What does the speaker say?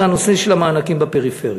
זה המענקים בפריפריה,